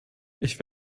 ich